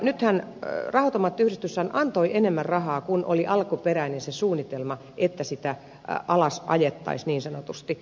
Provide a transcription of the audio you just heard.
nythän raha automaattiyhdistys antoi enemmän rahaa kuin oli alkuperäinen suunnitelma että sitä alasajettaisiin niin sanotusti